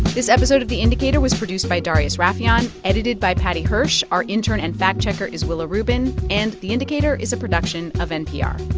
this episode of the indicator was produced by darius rafieyan, edited by paddy hirsch. our intern and fact-checker is willa rubin. and the indicator is a production of npr